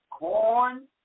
Corn